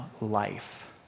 life